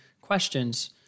questions